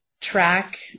track